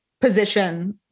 position